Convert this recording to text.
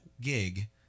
gig